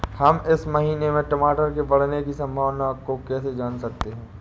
हम इस महीने में टमाटर के बढ़ने की संभावना को कैसे जान सकते हैं?